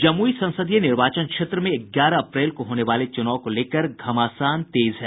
जमुई संसदीय निर्वाचन क्षेत्र में ग्यारह अप्रैल को होने वाले चुनाव को लेकर घमासान तेज है